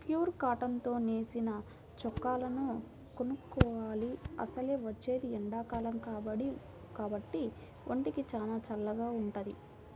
pure cotton తో నేసిన చొక్కాలను కొనుక్కోవాలి, అసలే వచ్చేది ఎండాకాలం కాబట్టి ఒంటికి చానా చల్లగా వుంటది